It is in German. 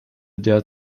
der